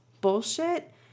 bullshit